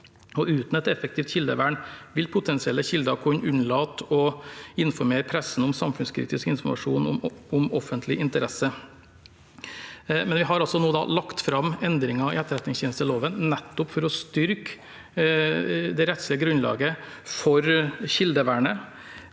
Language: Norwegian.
Uten et effektivt kildevern vil potensielle kilder kunne unnlate å informere pressen om samfunnskritisk informasjon av offentlig interesse. Men vi har altså lagt fram endringer i etterretningstjenesteloven nettopp for å styrke det rettslige grunnlaget for kildevernet,